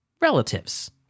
relatives